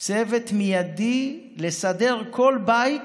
צוות מיידי, לסדר כל בית